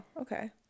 okay